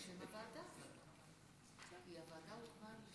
זה